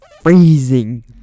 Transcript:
Freezing